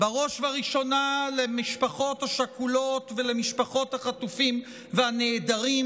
בראש ובראשונה למשפחות השכולות ולמשפחות החטופים והנעדרים,